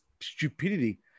stupidity